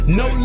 no